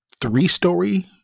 three-story